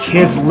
Kids